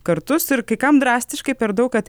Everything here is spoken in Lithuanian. kartus ir kai kam drastiškai per daug kad